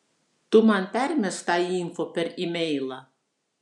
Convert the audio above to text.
tu man permesk tą info per imeilą